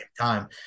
time